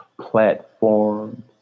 platforms